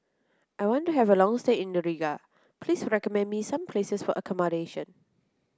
I want to have a long stay in Riga Please recommend me some places for accommodation